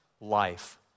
life